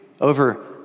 over